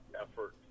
effort